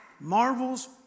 marvels